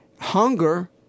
hunger